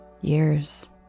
years